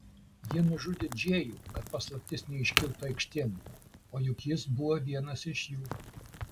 jie nužudė džėjų kad paslaptis neiškiltų aikštėn o juk jis buvo vienas iš jų